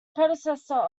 predecessor